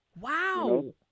Wow